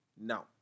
now